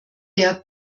der